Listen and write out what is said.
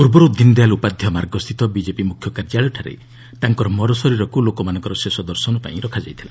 ପୂର୍ବରୁ ଦୀନ୍ ଦୟାଲ୍ ଉପାଧ୍ୟାୟ ମାର୍ଗସ୍ଥିତ ବିକେପି ମୁଖ୍ୟ କାର୍ଯ୍ୟାଳୟଠାରେ ତାଙ୍କର ମରଶରୀରକୁ ଲୋକମାନଙ୍କର ଶେଷ ଦର୍ଶନପାଇଁ ରଖାଯାଇଥିଲା